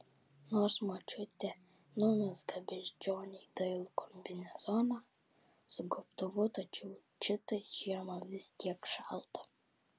nors močiutė numezgė beždžionei dailų kombinezoną su gobtuvu tačiau čitai žiemą vis tiek šalta